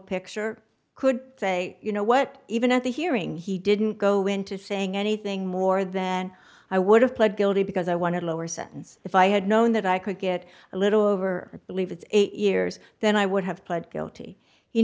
picture could say you know what even at the hearing he didn't go into saying anything more than i would have pled guilty because i wanted a lower sentence if i had known that i could get a little over believe it's eight years then i would have pled guilty he